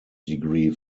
degree